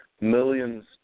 millions